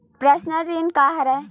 Personal ऋण का हरय?